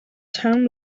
town